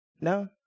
No